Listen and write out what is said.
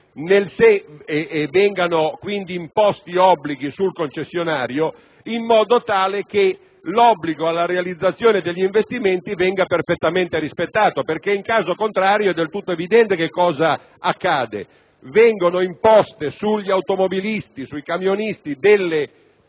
e vengano quindi imposti obblighi sul concessionario, in modo tale che l'obbligo alla realizzazione degli investimenti venga perfettamente rispettato. In caso contrario, è del tutto evidente cosa accade: vengono imposte sugli automobilisti e sui camionisti delle